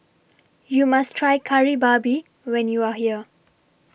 YOU must Try Kari Babi when YOU Are here